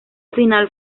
final